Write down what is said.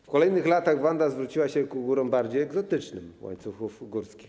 W kolejnych latach Wanda zwróciła się ku górom bardziej egzotycznych łańcuchów górskich.